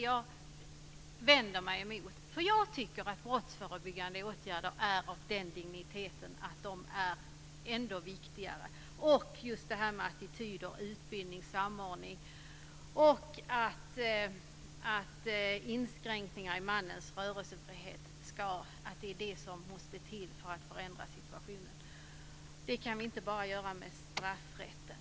Jag vänder mig mot detta, för jag tycker att det är viktigare med brottsförebyggande åtgärder. Just detta med attityder, utbildning, samordning och inskränkningar i mannens rörelsefrihet är det som måste till för att förändra situationen. Det kan vi inte åstadkomma bara med straffrätten.